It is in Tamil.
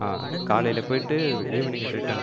காலையில போயிவிட்டு ஈவினிங் ரிட்டன்